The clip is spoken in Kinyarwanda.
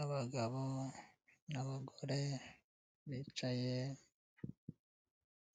Abagabo n'abagore bicaye